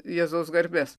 jėzaus garbės